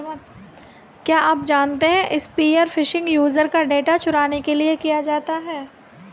क्या आप जानते है स्पीयर फिशिंग यूजर का डेटा चुराने के लिए किया जाता है?